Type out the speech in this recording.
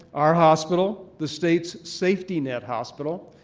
our hospital, the state's safety net hospital,